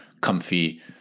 comfy